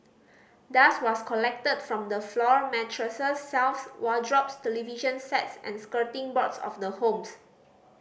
dust was collected from the floor mattresses shelves wardrobes television sets and skirting boards of the homes